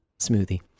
smoothie